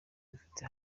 dufite